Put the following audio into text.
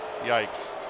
Yikes